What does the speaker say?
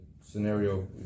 scenario